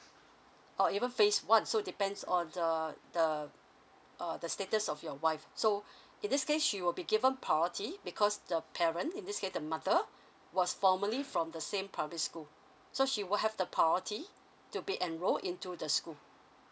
or even phase one so depends on the the uh the status of your wife so in this case she will be given priority because the parent in this case the mother was formerly from the same primary school so she will have the priority to be enrolled into the school